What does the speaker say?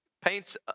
paints